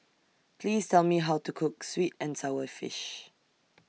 Please Tell Me How to Cook Sweet and Sour Fish